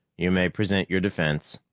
you may present your defense.